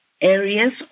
areas